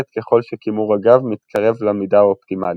ככל שקימור הגב מתקרב למידה האופטימלית.